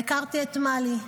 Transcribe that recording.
והכרתי את מלי.